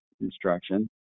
instruction